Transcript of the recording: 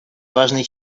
важной